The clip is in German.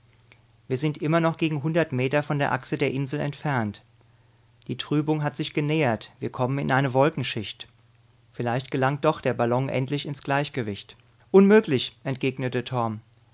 wir sind immer noch gegen hundert meter von der achse der insel entfernt die trübung hat sich genähert wir kommen in eine wolkenschicht vielleicht gelangt doch der ballon endlich ins gleichgewicht unmöglich entgegnete